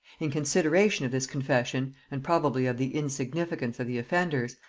in consideration of this confession, and probably of the insignificance of the offenders,